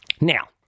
Now